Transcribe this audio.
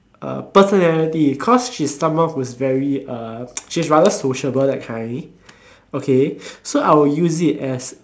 uh personality cause she's someone who is very uh she's rather sociable that kind okay so I will use it as